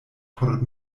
por